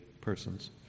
persons